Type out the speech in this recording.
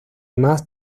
más